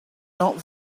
not